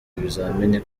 ibizamini